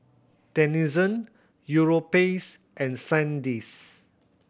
Denizen Europace and Sandisk